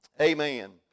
Amen